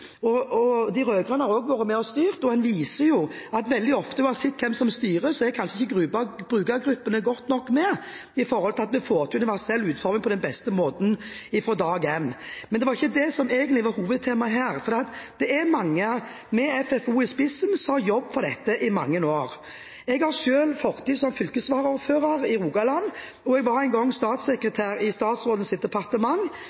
gjort det. De rød-grønne har også vært med og styrt. Det viser seg jo at veldig ofte er brukergruppene, uansett hvem som styrer, kanskje ikke godt nok med når det gjelder å få til universell utforming på den beste måten fra dag én. Men det var jo ikke det som egentlig var hovedtemaet her. Det er mange, med FFO i spissen, som har jobbet for dette i mange år. Jeg har selv fortid som fylkesvaraordfører i Rogaland, og jeg var en gang